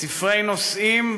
ספרי נוסעים,